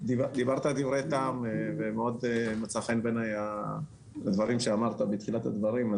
דיברת דברי טעם ומאוד מצאו חן בעיניי הדברים שאמרת בתחילת הדברים.